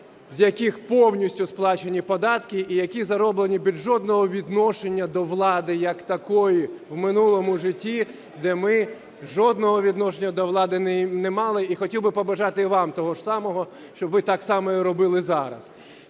з яких повністю сплачені податки, і які зароблені без жодного відношення до влади як такої в минулому житті, де ми жодного відношення до влади не мали. І хотів би побажати і вам того ж самого, щоб ви так само і робили зараз.